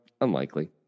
Unlikely